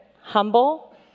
humble